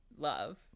love